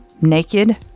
naked